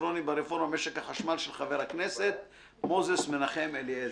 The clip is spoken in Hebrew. כרוני ברפורמה במשק החשמל של מנחם אליעזר מוזס.